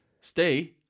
Stay